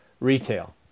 retail